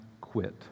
quit